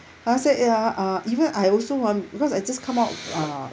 and he said ya uh even I also want because I just come out uh